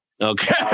Okay